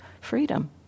freedom